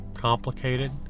complicated